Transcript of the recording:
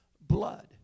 blood